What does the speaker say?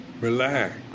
relax